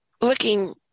looking